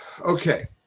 Okay